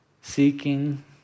seeking